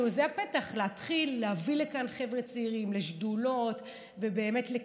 זה הפתח להתחיל להביא לכאן חבר'ה צעירים לשדולות ולכנסים,